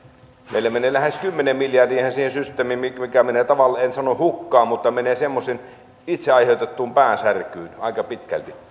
meillä menee lähes kymmenen miljardia siihen systeemiin mikä mikä menee tavallaan en sano hukkaan semmoiseen itse aiheutettuun päänsärkyyn aika pitkälti